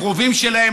הקרובים שלהם,